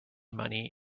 money